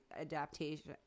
adaptation